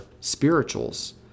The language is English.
spirituals